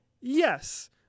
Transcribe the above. yes